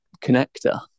connector